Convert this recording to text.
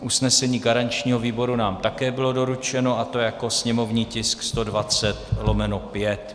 Usnesení garančního výboru nám také bylo doručeno, a to jako sněmovní tisk 120/5.